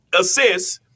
assists